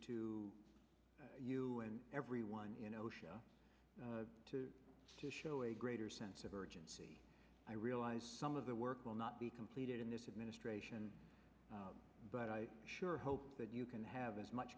to you and everyone you know show to show a greater sense of urgency i realize some of the work will not be completed in this administration but i sure hope that you can have as much